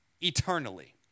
eternally